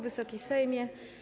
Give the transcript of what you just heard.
Wysoki Sejmie!